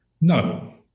No